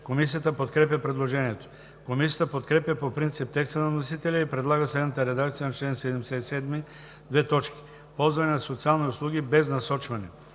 Комисията подкрепя предложението. Комисията подкрепя по принцип текста на вносителя и предлага следната редакция на чл. 77: „Ползване на социални услуги без насочване